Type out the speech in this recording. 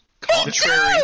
Contrary